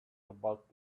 about